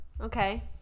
okay